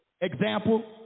example